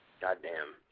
Goddamn